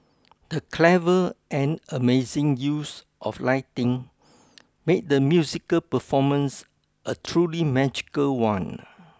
the clever and amazing use of lighting made the musical performance a truly magical one